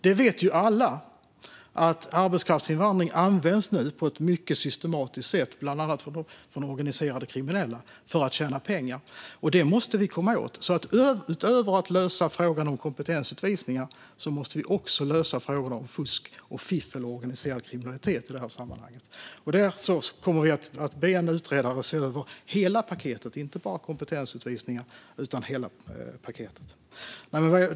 Alla vet att arbetskraftsinvandring nu används på ett mycket systematiskt sätt bland annat av organiserade kriminella för att tjäna pengar. Det måste vi komma åt. Utöver att lösa frågan om kompetensutvisningar måste vi också lösa frågorna om fusk, fiffel och organiserad kriminalitet i det här sammanhanget. Vi kommer att be en utredare att se över hela paketet, inte bara kompetensutvisningar.